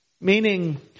Meaning